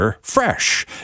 Fresh